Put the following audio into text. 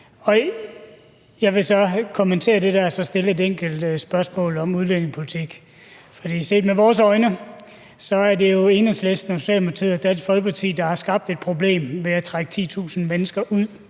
Jeg vil kommentere det, der blev sagt, og bagefter stille et enkelt spørgsmål om udlændingepolitik. Set med vores øjne er det jo Enhedslisten, Socialdemokratiet og Dansk Folkeparti, der har skabt et problem ved at trække 10.000 mennesker,